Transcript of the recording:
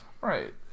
Right